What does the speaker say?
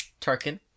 Tarkin